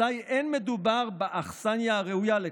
אזי לא מדובר באכסניה הראויה לכך.